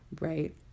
right